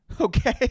okay